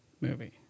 movie